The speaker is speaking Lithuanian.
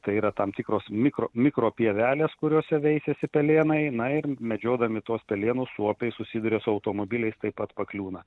tai yra tam tikros mikro mikro pievelės kuriose veisiasi pelėnai na ir medžiodami tuos pelėnus suopiai susiduria su automobiliais taip pat pakliūna